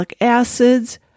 acids